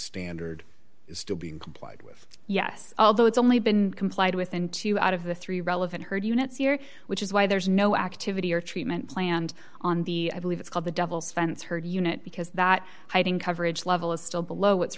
is still being complied with yes although it's only been complied with in two out of the three relevant heard units here which is why there's no activity or treatment planned on the i believe it's called the devil's fence her unit because that hiding coverage level is still below what's